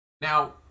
Now